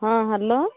ହଁ ହ୍ୟାଲୋ